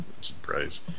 Surprise